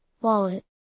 wallet